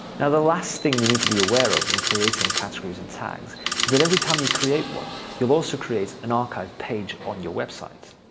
and the last thing you need to be aware of when creating categories and tags, is that every time you create one, you'll also create an archive page on your website.